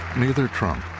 neither trump,